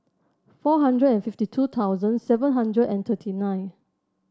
four hundred fifty two thousand seven hundred and thirty nine